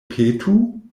petu